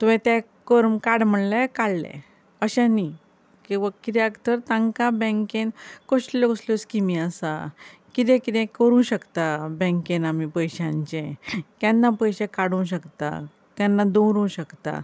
तुवें ते करू काड म्हणले काडले अशें न्ही किंव कित्यार तर तांकां बेंकेन कसल्यो कसल्यो स्किमी आसा कितें कितें करूं शकता बेंकेन आमी पयशांचें केन्ना पयशे काडूंक शकता केन्ना दवरूं शकता